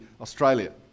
Australia